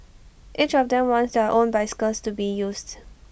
each of them wants their own bicycles to be used